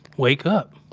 wake up.